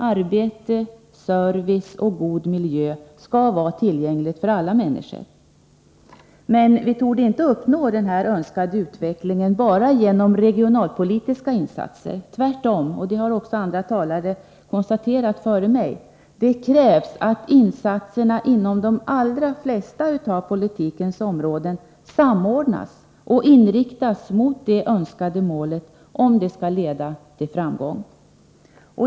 Arbete, service och god miljö skall vara tillgängligt för alla människor. Men vi torde inte uppnå den önskade utvecklingen enbart genom regionalpolitiska insatser. Det har också andra talare före mig konstaterat. Det krävs att insatserna inom de allra flesta av politikens områden samordnas och inriktas mot det önskade målet om de skall leda till framgång.